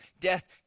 Death